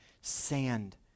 sand